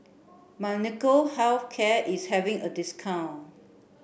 Molnylcke Health Care is having a discount